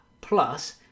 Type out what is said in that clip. plus